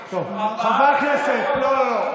טוב, חברי הכנסת, לא, לא.